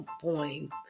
point